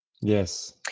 Yes